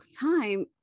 time